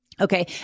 Okay